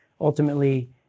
ultimately